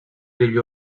degli